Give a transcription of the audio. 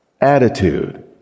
attitude